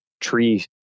tree